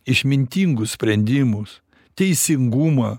išmintingus sprendimus teisingumą